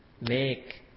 make